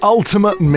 Ultimate